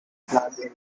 blackberry